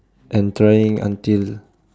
and trying until